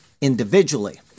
individually